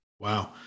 Wow